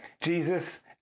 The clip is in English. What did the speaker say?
Jesus